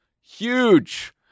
Huge